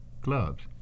clubs